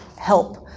help